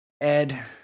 Ed